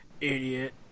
Idiot